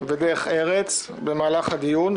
ודרך ארץ במהלך הדיון,